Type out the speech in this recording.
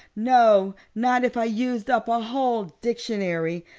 no, not if i used up a whole dictionary.